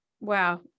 wow